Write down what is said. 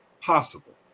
possible